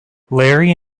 larry